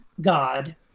God